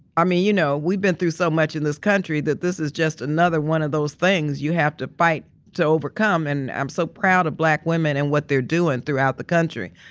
i mean you know we've been through so much in this country that this is just another one of those things you have to fight to overcome. and i'm so proud of black women and what they're doing throughout the country.